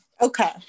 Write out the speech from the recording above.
Okay